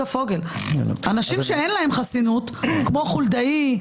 אנשים שאין להם חסינות כמו חולדאי,